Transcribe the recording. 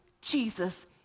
Jesus